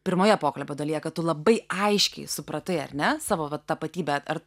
pirmoje pokalbio dalyje kad tu labai aiškiai supratai ar ne savo va tapatybę ar